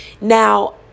Now